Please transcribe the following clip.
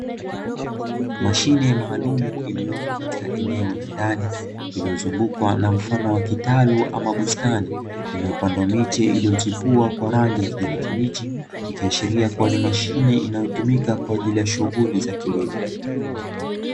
Mashine maalumu iliyopo katika eneo la ndani, iliyozungukwa na mfano wa kitalu ama bustani iliyopandwa miche iliyochipua kwa rangi ya kijani kibichi, ikiashiria kuwa ni mashine inayotumika kwa ajili ya shughuli za kilimo.